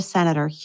Senator